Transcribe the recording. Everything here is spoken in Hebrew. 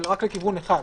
אבל רק לכיוון אחד,